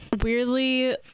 weirdly